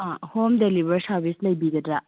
home delivery service ꯂꯩꯕꯤꯒꯗ꯭ꯔꯥ